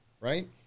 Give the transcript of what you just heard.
right